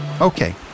Okay